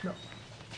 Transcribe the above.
לא.